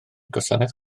gwasanaeth